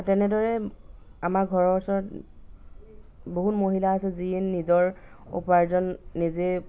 তেনেদৰে আমাৰ ঘৰৰ ওচৰত বহুত মহিলা আছে যিয়ে নিজৰ উপাৰ্জন নিজে